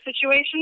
situation